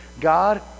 God